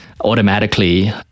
automatically